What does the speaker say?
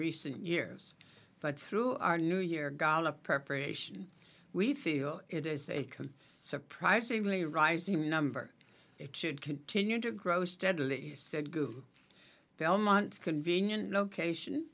recent years but through our new year gallup preparation we feel it is a can surprisingly rising number it should continue to grow steadily said goo belmont's convenient location